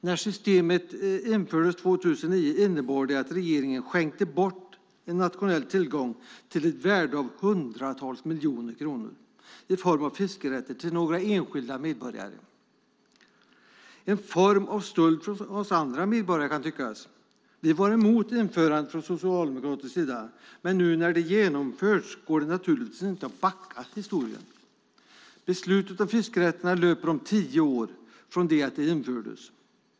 När systemet infördes 2009 innebar det att regeringen skänkte bort en nationell tillgång till ett värde av hundratals miljoner kronor i form av fiskerätter till några enskilda medborgare - en form av stöld från oss andra medborgare, kan tyckas. Vi var från Socialdemokraternas sida emot införandet, men när det nu genomförts går det naturligtvis inte att backa historien. Beslutet om fiskerätterna löper på tio år från det att det infördes.